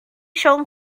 siôn